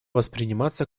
восприниматься